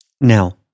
Now